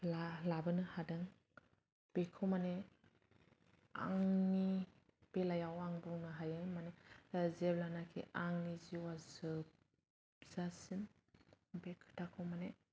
लाबोनो हादों बेखौ माने आंनि बेलायाव आं बुंनो हायो होन्नानै जेब्लानाखि आंनि जिउआ जोबजासिम बि खोथाखौ माने